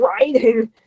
writing